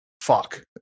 fuck